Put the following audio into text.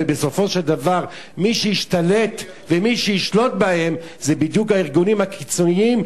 ובסופו של דבר מי שישתלט ומי שישלוט בהם זה בדיוק הארגונים הקיצוניים,